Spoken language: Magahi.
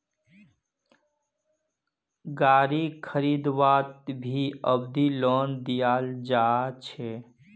गारी खरीदवात भी अवधि लोनक दियाल जा छे